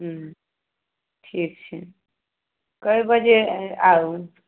हूँ ठीक छै कए बजे आउ